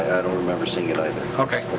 i don't remember seeing it either. okay.